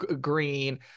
green